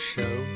Show